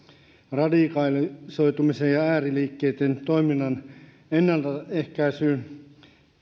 radikalisoitumisen ja ääriliikkeitten toiminnan ennaltaehkäisyyn